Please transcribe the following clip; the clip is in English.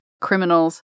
criminals